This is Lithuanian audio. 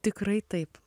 tikrai taip